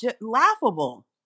laughable